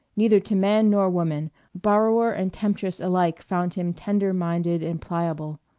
neither to man nor woman borrower and temptress alike found him tender-minded and pliable.